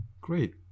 Great